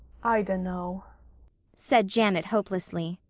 i dunno, said janet hopelessly.